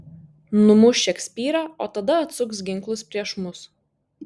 numuš šekspyrą o tada atsuks ginklus prieš mus